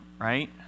right